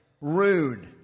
Rude